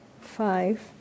five